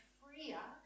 freer